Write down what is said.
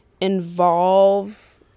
involve